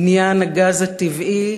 עניין הגז הטבעי.